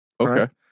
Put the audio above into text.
Okay